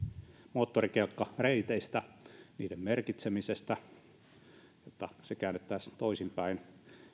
moottorikelkkareiteistä niiden merkitsemisestä se käännettäessä toisinpäin